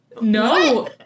No